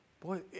Boy